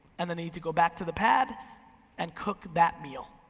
and they need to go back to the pad and cook that meal.